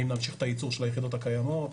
האם להמשיך את הייצור של היחידות הקיימות.